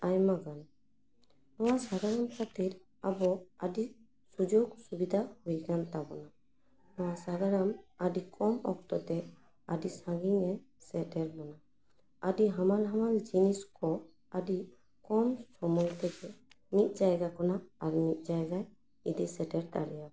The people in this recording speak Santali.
ᱟᱭᱢᱟ ᱜᱟᱱ ᱱᱚᱣᱟ ᱥᱟᱜᱟᱲᱚᱢ ᱠᱷᱟᱹᱛᱤᱨ ᱟᱵᱚ ᱟᱹᱰᱤ ᱥᱩᱡᱳᱠ ᱥᱩᱵᱤᱫᱷᱟ ᱦᱩᱭ ᱟᱠᱟᱱ ᱛᱟᱵᱚᱱᱟ ᱱᱚᱣᱟ ᱥᱟᱜᱟᱲᱚᱢ ᱟᱹᱰᱤ ᱠᱚᱢ ᱚᱠᱛᱚ ᱛᱮ ᱟᱹᱰᱤ ᱥᱟᱺᱜᱤᱧᱮ ᱥᱮᱴᱮᱨ ᱵᱚᱱᱟ ᱟᱹᱰᱤ ᱦᱟᱢᱟᱞ ᱦᱟᱢᱟᱞ ᱡᱤᱱᱤᱥ ᱠᱚ ᱟᱹᱰᱤ ᱠᱚᱢ ᱥᱳᱢᱳᱭ ᱛᱮᱜᱮ ᱢᱤᱫ ᱡᱟᱭᱜᱟ ᱠᱷᱚᱱᱟᱜ ᱟᱨ ᱢᱤᱫ ᱡᱟᱭᱜᱟᱭ ᱤᱫᱤ ᱥᱮᱴᱮᱨ ᱫᱟᱲᱮᱭᱟᱢᱟ